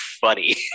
funny